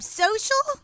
social